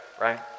right